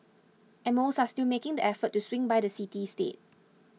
and most are still making the effort to swing by the city state